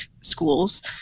schools